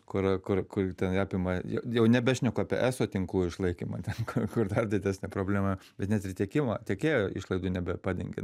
kur kur kur ten apima jau nebešneku apie eso tinklų išlaikymą ten kur dar didesnė problema bet net ir tiekimą tiekėjo išlaidų nebepadengia